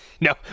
No